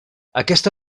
aquesta